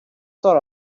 sort